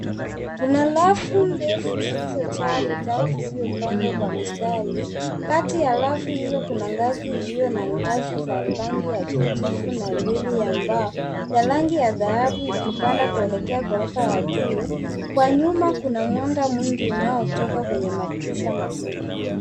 Kuna rafu ndefu zilizo jaa vitabu vilivyo pangwa kwa mistari kati ya rafu hizo kuna ngazi iliyo na ngazi za rangi ya kijivu na reli ya mbao ya rangi ya dhahabu ikipanda kuelekea gorofa ya juu. Kwa nyuma kuna mwanga mwingi unaotoka kwenye madirisha makubwa.